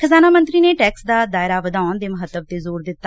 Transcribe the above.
ਖਜ਼ਾਨਾ ਮੰਤਰੀ ਨੇ ਟੈਕਸ ਦਾ ਦਾਇਰਾ ਵਧਾਉਣ ਦੇ ਮਹੱਤਵ ਤੇ ਜ਼ੋਰ ਦਿੱਤਾ